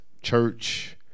church